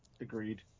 Agreed